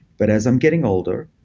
but as i'm getting older,